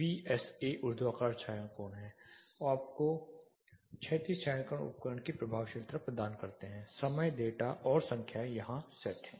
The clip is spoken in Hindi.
वीएसए ऊर्ध्वाधर छाया कोण हैं जो आपको क्षैतिज छायांकन उपकरण की प्रभावशीलता प्रदान करते हैं समय डेटा और संख्याएँ यहाँ सेट हैं